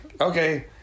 Okay